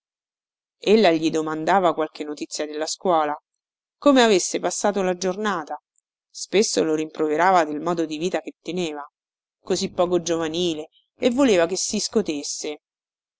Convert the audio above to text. ella gli domandava qualche notizia della scuola come avesse passato la giornata spesso lo rimproverava del modo di vita che teneva così poco giovanile e voleva che si scotesse